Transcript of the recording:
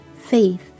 faith